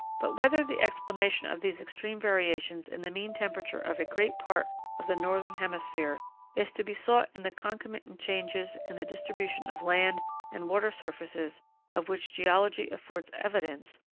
but, whether the explanation of these extreme variations in the mean temperature of a great part of the northern hemisphere is to be sought in the concomitant changes in the distribution of land and water surfaces of which geology affords evidence,